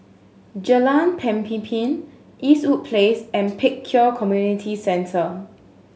Jalan Pemimpin Eastwood Place and Pek Kio Community Centre